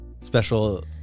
special